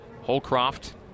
Holcroft